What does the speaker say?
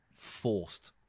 forced